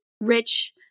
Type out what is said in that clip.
rich